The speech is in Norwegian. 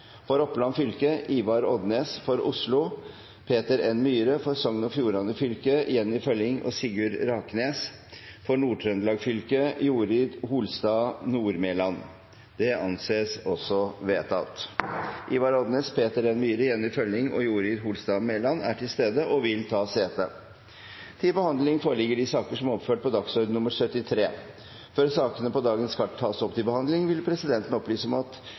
For Oppland fylke: Ivar OdnesFor Oslo: Peter N. MyhreFor Sogn og Fjordane fylke: Jenny Følling og Sigurd ReksnesFor Nord-Trøndelag fylke: Jorid Holstad Nordmelan Ivar Odnes, Peter N. Myhre, Jenny Følling og Jorid Holstad Nordmelan er til stede og vil ta sete. Før sakene på dagens kart tas opp til behandling, vil presidenten opplyse om at dagens møte fortsetter utover kl. 16. Etter ønske fra kirke-, utdannings- og forskningskomiteen vil presidenten foreslå at